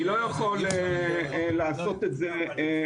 אני לא יכול לעשות את זה ככה.